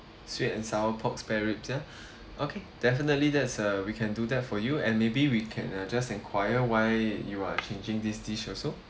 sweet and sour pork spare ribs ya okay definitely that's uh we can do that for you and maybe we can uh just inquire why you are changing this dish also